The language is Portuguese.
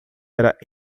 era